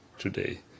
Today